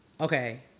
Okay